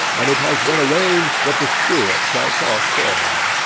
and it has been arranged that the steward shall toss for him.